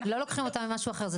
לא לוקחים אותו ממשהו אחר, זה תוספת.